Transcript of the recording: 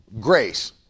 grace